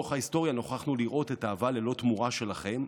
לאורך ההיסטוריה נוכחנו לראות את האהבה ללא תמורה שלכם,